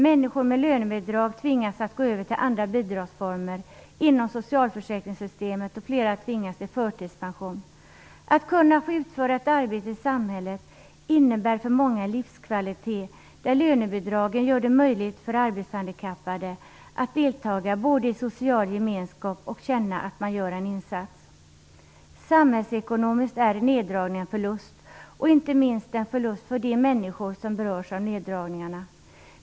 Människor med lönebidrag tvingas att gå över till andra bidragsformer inom socialförsäkringssystemet, och flera tvingas till förtidspension. Att kunna få utföra ett arbete i samhället innebär för många en livskvalitet. Lönebidragen gör det möjligt för arbetshandikappade både att delta i en social gemenskap och att känna att de gör en insats. Samhällsekonomiskt är neddragningen en förlust, och det blir inte minst en förlust för de människor som berörs av neddragningarna.